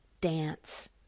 dance